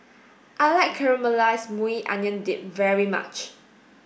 I like Caramelized Maui Onion Dip very much